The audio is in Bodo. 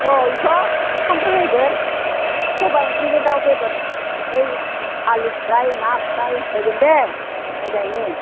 अह ओइन्थ' ओंखामबो होगोन सबाय ओंख्रिजों दाउ बेदर फाय आलु फ्राय ना फ्राय होगोन दे मोजाङैनो